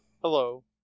Hello